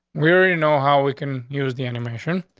we already know how we can use the animation.